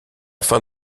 fin